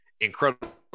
incredible